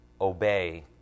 obey